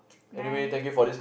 nice